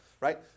right